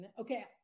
okay